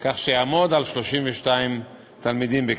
כך שיעמוד על 32 תלמידים בכיתה.